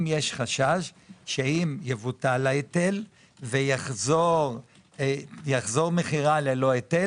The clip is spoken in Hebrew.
יש חשש שאם יבוטל ההיטל ויחזור מחירה ללא היטל,